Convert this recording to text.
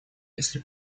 если